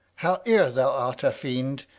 howe'er thou art a fiend,